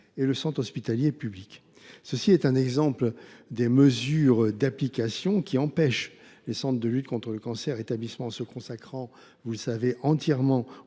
et le centre hospitalier public. Il s’agit d’un exemple des mesures d’application qui empêchent les centres de lutte contre le cancer, établissements se consacrant entièrement